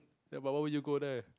ya but why would you go there